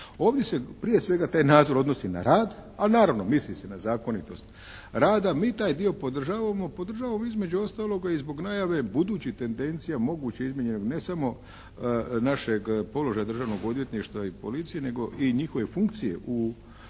Ovdje se prije svega taj nadzor odnosi na rad a naravno misli se na zakonitost rada. Mi taj dio podržavamo. Podržavamo između ostaloga i zbog najave budućih tendencija moguće izmijenjenog ne samo našeg položaja Državnog odvjetništva i policije nego i njihove funkcije u postupku,